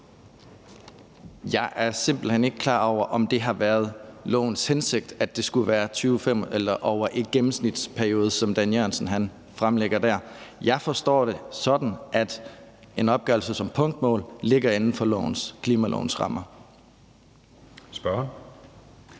Jeg er simpelt hen ikke klar over, om det har været lovens hensigt, at det skulle være over en gennemsnitsperiode, som Dan Jørgensen fremlægger det. Jeg forstår det sådan, at en opgørelse som punktmål ligger inden for klimalovens rammer.